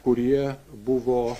kurie buvo